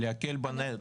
להקל בנטל.